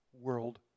world